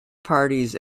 parties